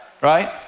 Right